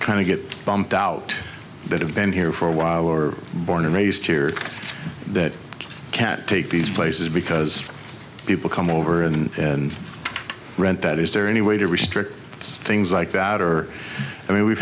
kind of get bumped out that have been here for a while or born and raised here that you can't take these places because people come over in and rent that is there any way to restrict it's things like that or i mean we've